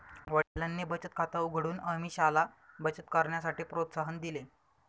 वडिलांनी बचत खात उघडून अमीषाला बचत करण्यासाठी प्रोत्साहन दिले